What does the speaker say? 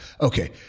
okay